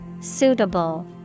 Suitable